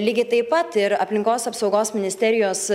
lygiai taip pat ir aplinkos apsaugos ministerijos